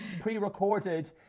pre-recorded